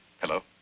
Hello